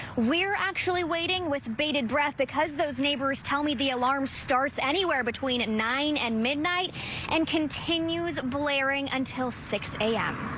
we're actually waiting with baited breath because those neighbors tell me the alarm starts anywhere between nine and midnight and continues blaring until six zero am.